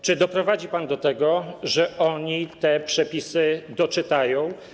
Czy doprowadzi pan do tego, że oni te przepisy doczytają?